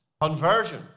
Conversion